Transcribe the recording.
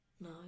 No